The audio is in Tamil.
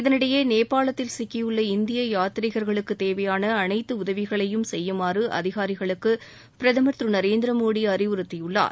இதனிடையே நேபாளத்தில் சிக்கியுள்ள இந்திய யாத்ரீகர்களுக்கு தேவையாள அனைத்து உதவிகளையும் செய்யுமாறு அதிகாரிகளுக்கு பிரதமர் திரு நரேந்திர மோடி அறிவுறுத்தியுள்ளார்